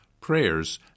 prayers